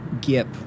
Gip